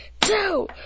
two